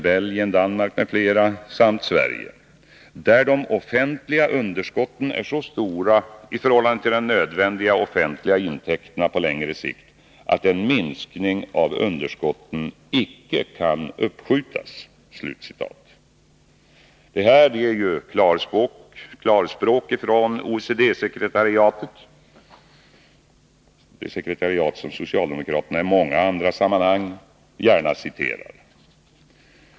Belgien, Danmark m.fl. samt Sverige — där de offentliga underskotten är så stora i förhållande till de nödvändiga offentliga intäkterna på längre sikt att en minskning av underskotten icke kan uppskjutas”. Det här är klarspråk från OECD-sekretariatet, det sekretariat som socialdemokraterna i många andra sammanhang gärna citerar.